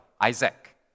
Isaac